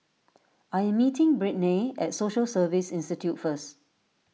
I am meeting Brittnay at Social Service Institute first